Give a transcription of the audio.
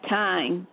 time